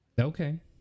Okay